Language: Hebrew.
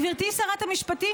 גברתי שרת המשפטים,